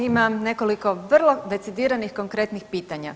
Ima nekoliko vrlo decidiranih konkretnih pitanja.